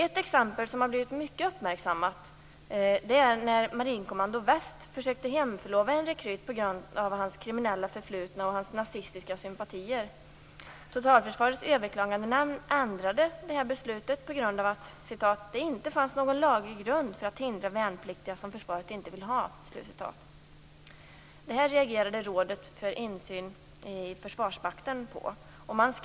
Ett exempel som har blivit mycket uppmärksammat är när Marinkommando väst försökte hemförlova en rekryt på grund av hans kriminella förflutna och hans nazistiska sympatier. Totalförsvarets överklagandenämnd ändrade beslutet på grund av att: det inte fanns någon laglig grund för att hindra värnpliktiga som försvaret inte vill ha. Det här reagerade Rådet för insyn i Försvarsmakten på.